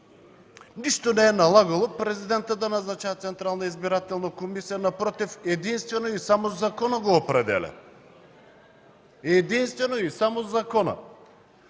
нищо не е налагало Президентът да назначава Централна избирателна комисия. Напротив, единствено и само законът го определя. Единствено и само законът!